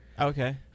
okay